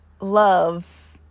love